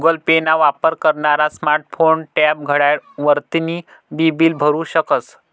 Google Pay ना वापर करनारा स्मार्ट फोन, टॅब, घड्याळ वरतीन बी बील भरु शकस